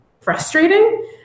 frustrating